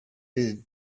his